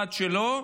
במשרד שלו,